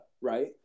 Right